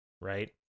right